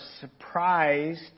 surprised